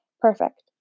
Perfect